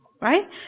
right